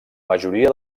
majoria